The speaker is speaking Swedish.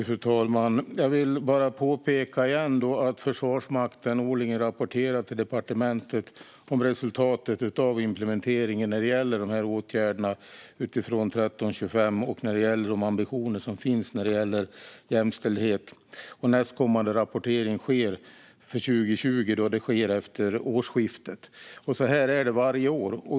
Fru talman! Jag vill bara än en gång påpeka att Försvarsmakten årligen rapporterar till departementet om resultatet av implementeringen när det gäller åtgärder med utgångspunkt i resolution 1325 och när det gäller ambitioner i fråga om jämställdhet. Nästkommande rapportering för 2020 sker efter årsskiftet. Så är det varje år.